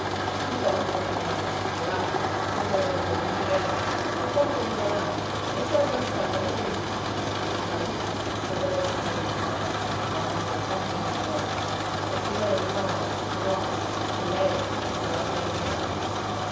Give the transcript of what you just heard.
angustia ntoni cercava di rassicurarla che sarebbe tornato presto e carico di denari e sarebbero stati allegri tutti maruzza scuoteva il capo tristamente guardandolo sempre negli occhi e diceva di no di no che lei non l'avrebbe trovata più